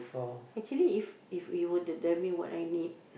actually if if you were to tell me what I need